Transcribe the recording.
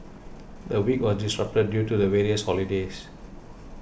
the week was disrupted due to the various holidays